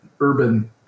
urban